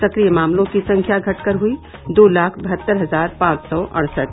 सक्रिय मामलों की संख्या घट कर हुई दो लाख बहत्तर हजार पांच सौ अड़सठ